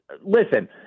listen